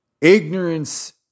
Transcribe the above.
ignorance